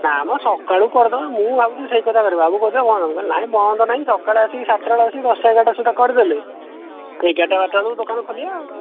ନାଁ ମ ସକାଳୁ କରିଦେବା ମୁଁ ଭାବୁଛି ସେହି କଥା ବାବୁ କହୁଥିଲେ ବନ୍ଦ କରି ଦେବା ନାହିଁ ବନ୍ଦ ନାହିଁ ସକାଳୁ ଆସି ସାତଟାରେ ଆସି ଦଶଟା ଏଗାରଟା ସୁଦ୍ଧା କରିଦେଲେ ଏଗାରଟା ବାରଟା ବେଳକୁ ଦୋକାନ ଖୋଲିବା ଆଉ